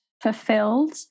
fulfilled